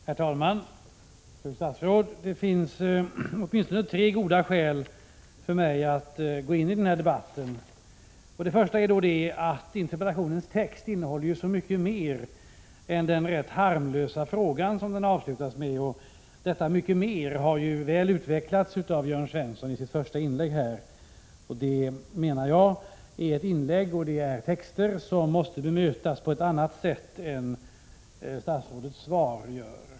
Herr talman! Fru statsråd! Det finns åtminstone tre goda skäl för mig att gå in i denna debatt. Det första skälet är att interpellationens text innehåller så mycket mer än den rätt harmlösa fråga som interpellationen avslutas med. Detta har väl utvecklats av Jörn Svensson i hans inlägg. Detta inlägg och interpellationens text måste bemötas på ett annat sätt än statsrådet gör i sitt svar.